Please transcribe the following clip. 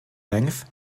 length